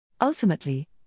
Ultimately